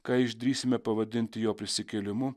ką išdrįsime pavadinti jo prisikėlimu